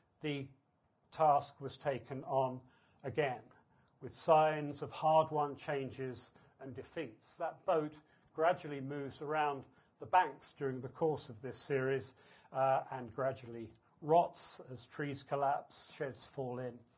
the task was taken on again with signs of hard one changes and defeats. that boat gradually moves around the banks during the course of this series and gradually rots as trees collapse, sheds fall in,